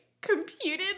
computed